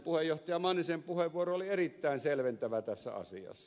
puheenjohtaja mannisen puheenvuoro oli erittäin selventävä tässä asiassa